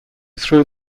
through